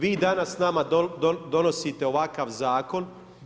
Vi danas nama donosite ovakav Zakon.